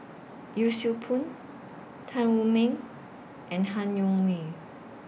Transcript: Yee Siew Pun Tan Wu Meng and Han Yong May